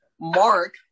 mark